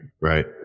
right